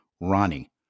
ronnie